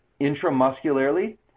intramuscularly